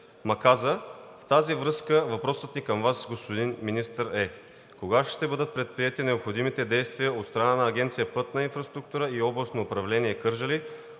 В тази връзка въпросът ни към Вас, господин Министър, е: кога ще бъдат предприети необходимите действия от страна на Агенция „Пътна инфраструктура“ и Областно управление – Кърджали,